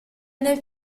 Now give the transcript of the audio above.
nel